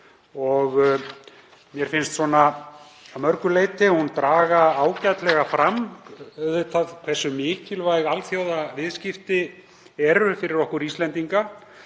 og mér finnst hún að mörgu leyti draga ágætlega fram hversu mikilvæg alþjóðaviðskipti eru fyrir okkur Íslendinga.